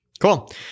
Cool